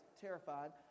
terrified